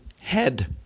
Head